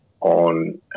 on